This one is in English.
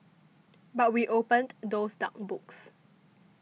but we opened those dark books